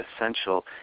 essential